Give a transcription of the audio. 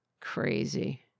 crazy